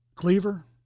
cleaver